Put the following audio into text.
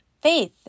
faith